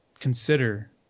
consider